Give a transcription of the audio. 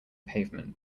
pavement